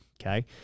okay